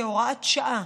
כהוראת שעה